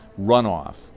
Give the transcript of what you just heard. runoff